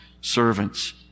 servants